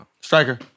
Striker